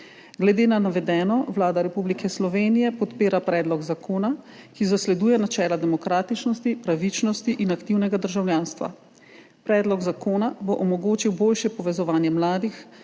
Glede na navedeno Vlada Republike Slovenije podpira predlog zakona, ki zasleduje načela demokratičnosti, pravičnosti in aktivnega državljanstva. Predlog zakona bo omogočil boljše povezovanje mladih,